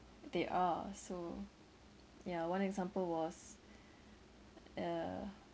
they are so ya one example was uh